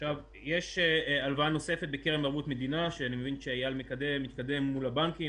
יש הלוואה נוספת מקרן ערבות מדינה שאני מבין שאייל מקדם מול הבנקים,